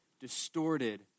distorted